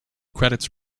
credits